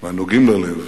והנוגעים ללב,